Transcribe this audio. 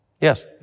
Yes